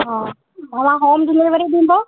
हा तव्हां home delivery ॾींदा